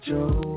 Joe